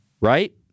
Right